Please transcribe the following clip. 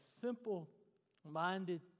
simple-minded